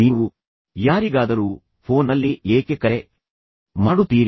ನೀವು ಯಾರಿಗಾದರೂ ಫೋನ್ ನಲ್ಲಿ ಏಕೆ ಕರೆ ಮಾಡುತ್ತೀರಿ